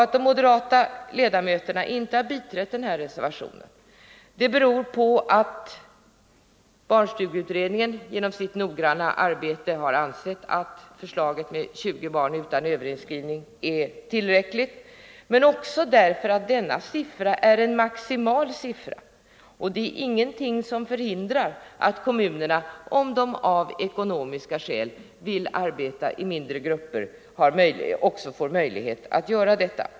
Att de moderata ledamöterna inte har biträtt denna reservation beror på att barnstugeutredningen efter sitt noggranna arbete har kommit fram till att förslaget om 20 barn utan överinskrivning är tillräckligt men också på att detta antal är ett maximiantal. Det är ingenting som förhindrar att kommunerna, om de trots kostnaden har möjlighet att arbeta med mindre grupper, också får möjlighet att göra detta.